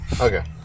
Okay